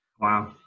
Wow